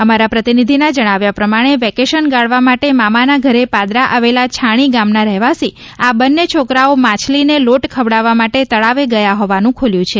અમારા પ્રતિનિધિના જજ્ઞાવ્યા પ્રમાણે વેકેશન ગાળવા માટે મામાના ઘરે પાદરા આવેલા છાણી ગામના રહેવાસી આ બંને છોકરાઓ માછલીને લોટ ખવડાવવા માટે તળાવે ગયા હોવાનું ખુલ્યું છે